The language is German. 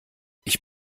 ich